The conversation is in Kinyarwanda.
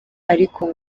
ariko